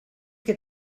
que